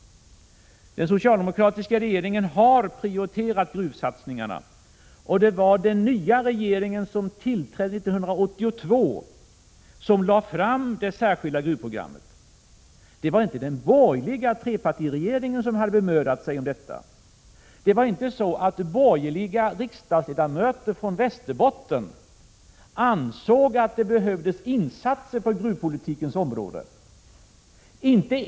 Den socialdemokratiska regeringen har prioriterat gruvsatsningarna. Det var den nya regeringen, den som tillträdde 1982, som lade fram det särskilda gruvprogrammet — den borgerliga trepartiregeringen hade inte bemödat sig om det. Det var inte borgerliga riksdagsledamöter från Västerbotten som ansåg att det behövdes insatser på gruvpolitikens område.